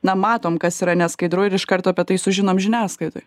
na matom kas yra neskaidru ir iš karto apie tai sužinom žiniasklaidoj